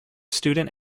student